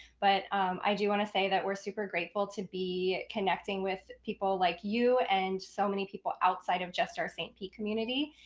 but i do want to say that we're super grateful to be connecting with people like you and so many people outside of just our st. pete community.